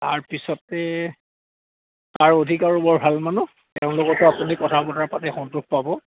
তাৰপিছতে তাৰ অধিক আৰু বৰ ভাল মানুহ তেওঁলোকতো আপুনি কথা বতাৰ পাতি সন্তোষ পাব